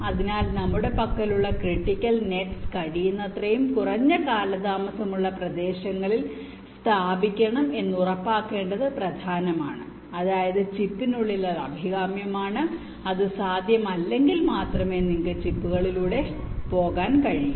അതിനാൽ നമ്മുടെ പക്കലുള്ള ക്രിട്ടിക്കൽ നെറ്റ്സ് കഴിയുന്നത്രയും കുറഞ്ഞ കാലതാമസമുള്ള പ്രദേശങ്ങളിൽ സ്ഥാപിക്കണം എന്ന് ഉറപ്പാക്കേണ്ടത് പ്രധാനമാണ് അതായത് ചിപ്പിനുള്ളിൽ അത് അഭികാമ്യമാണ് അത് സാധ്യമല്ലെങ്കിൽ മാത്രമേ നിങ്ങൾക്ക് ചിപ്പുകളിലൂടെ പോകാൻ കഴിയൂ